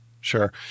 Sure